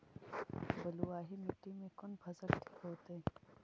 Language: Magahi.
बलुआही मिट्टी में कौन फसल ठिक होतइ?